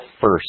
first